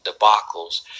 debacles